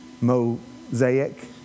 Mosaic